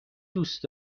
دوست